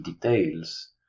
details